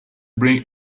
bring